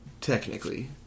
Technically